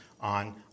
on